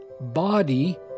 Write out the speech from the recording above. body